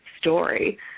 story